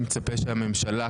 אני מצפה שהממשלה,